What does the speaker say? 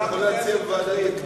אתה יכול להציע את ועדת הכנסת.